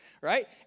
right